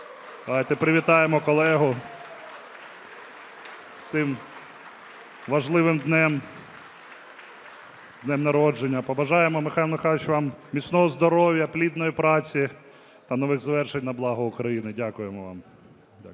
Давайте привітаємо колегу з цим важливим днем – днем народження. (Оплески) Побажаємо, Михайле Михайловичу, вам міцного здоров'я, плідної праці та нових звершень на благо України. Дякуємо вам.